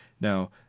Now